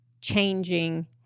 changing